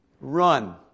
run